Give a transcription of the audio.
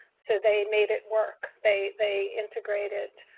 so, they made it work. they they integrated